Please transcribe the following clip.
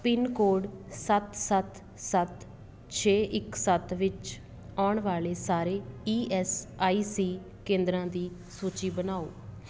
pin code ਸੱਤ ਸੱਤ ਸੱਤ ਛੇ ਇੱਕ ਸੱਤ ਵਿੱਚ ਆਉਣ ਵਾਲੇ ਸਾਰੇ ਈ ਐੱਸ ਆਈ ਸੀ ਕੇਂਦਰਾਂ ਦੀ ਸੂਚੀ ਬਣਾਓ